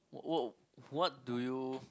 what what what do you